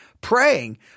Praying